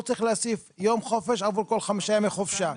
הוא צריך להוסיף יום חופש עבור כל חמישה ימי חופשה.